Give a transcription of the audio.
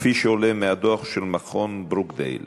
כפי שעולה מהדוח של מכון ברוקדייל